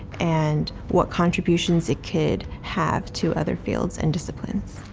and what contributions it could have to other fields and disciplines.